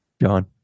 John